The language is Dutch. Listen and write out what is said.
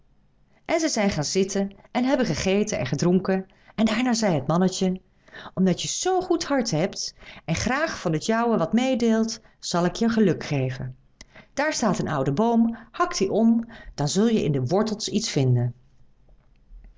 en zij zijn gaan zitten en hebben gegeten en gedronken en daarna zei het mannetje omdat je zoo'n goed hart hebt en graag van het jouwe wat meedeelt zal ik je geluk geven daar staat een oude boom hak dien om dan zul je in de wortels iets vinden